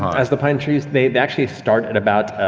as the pine trees, they actually start at about,